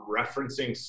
referencing